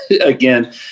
again